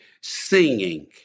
singing